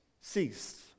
ceased